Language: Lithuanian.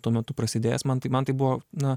tuo metu prasidėjęs man tai man tai buvo na